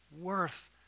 worth